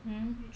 mm